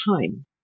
time